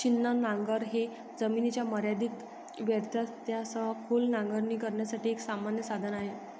छिन्नी नांगर हे जमिनीच्या मर्यादित व्यत्ययासह खोल नांगरणी करण्यासाठी एक सामान्य साधन आहे